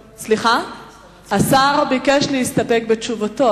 השר ביקש להסתפק בתשובתו,